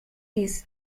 his